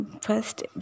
First